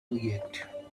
yet